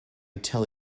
tell